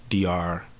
DR